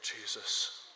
Jesus